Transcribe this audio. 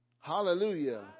Hallelujah